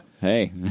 hey